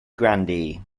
grandee